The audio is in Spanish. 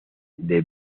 the